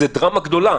זו דרמה גדולה.